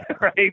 Right